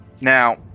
Now